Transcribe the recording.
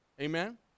Amen